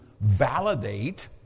validate